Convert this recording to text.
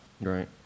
Right